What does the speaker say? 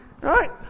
Right